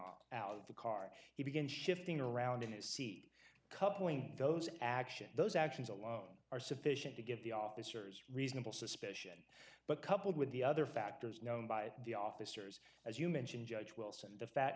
up out of the car he begins shifting around in his seat coupling those actions those actions alone are sufficient to give the officer's reasonable suspicion but coupled with the other factors known by the officers as you mentioned judge wilson